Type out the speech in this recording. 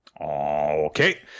Okay